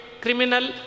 criminal